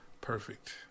perfect